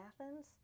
Athens